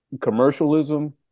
commercialism